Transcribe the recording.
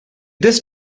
this